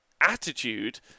attitude